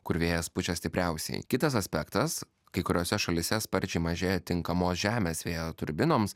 kur vėjas pučia stipriausiai kitas aspektas kai kuriose šalyse sparčiai mažėja tinkamos žemės vėjo turbinoms